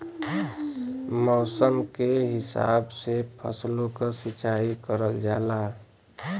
मौसम के हिसाब से फसलो क सिंचाई करल जाला